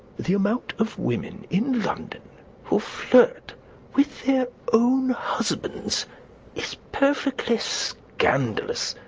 the amount of women in london who flirt with their own husbands is perfectly scandalous.